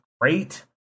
great